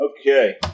Okay